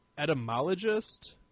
etymologist